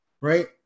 right